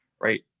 right